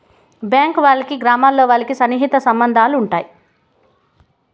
bank వాళ్ళకి గ్రామాల్లో వాళ్ళకి సన్నిహిత సంబంధాలు ఉంటాయి